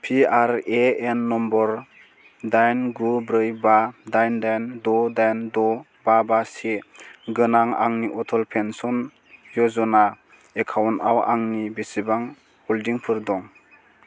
PRAN number दाइन गु ब्रै बा दाइन दाइन द' दाइन द' बा बा से गोनां आंनि अटल पेन्सन य'जना एकाउन्टआव आंनि बेसेबां हल्डिंफोर दं